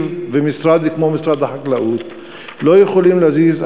ומשרד כמו משרד החקלאות לא יכולים להזיז?